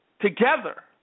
together